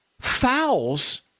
Fouls